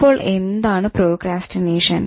അപ്പോൾ എന്താണ് പ്രോക്രാസ്റ്റിനേഷൻ